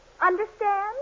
Understand